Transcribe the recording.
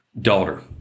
daughter